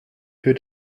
für